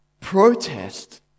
Protest